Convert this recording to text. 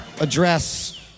address